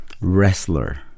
wrestler